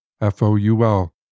F-O-U-L